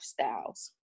lifestyles